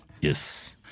Yes